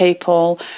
people